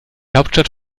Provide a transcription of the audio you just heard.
hauptstadt